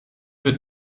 wird